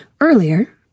earlier